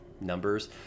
numbers